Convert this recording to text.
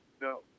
no